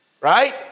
right